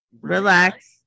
relax